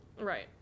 Right